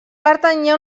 pertanyia